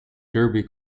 derby